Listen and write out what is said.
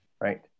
right